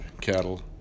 cattle